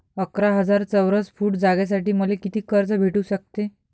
अकरा हजार चौरस फुट जागेसाठी मले कितीक कर्ज भेटू शकते?